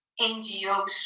NGOs